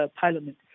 parliament